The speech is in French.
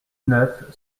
neuf